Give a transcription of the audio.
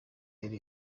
harry